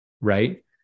Right